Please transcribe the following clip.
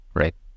right